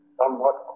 somewhat